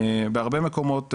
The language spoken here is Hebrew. בהרבה מקומות,